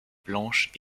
blanche